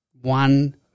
one